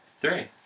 three